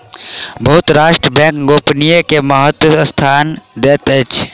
बहुत राष्ट्र बैंक गोपनीयता के महत्वपूर्ण स्थान दैत अछि